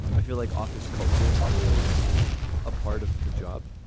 i feel like office culture is a part of the job.